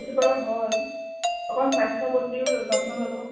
সেইটো বাৰু হয় অকণ স্বাস্থ্যৰ প্ৰতিও যত্ন ল'ব